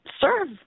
serve